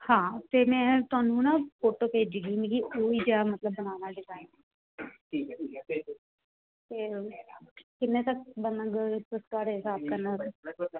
हां ते में थुआनू नां फोटो भेजगी मिगी नां उ'ऐ लेआ बनाना ठीक ऐ ठीक ऐ पेजो जि'न्ने तक बनग थुआड़े स्हाब कन्नै